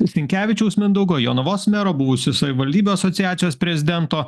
sinkevičiaus mindaugo jonavos mero buvusio savivaldybių asociacijos prezidento